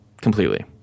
completely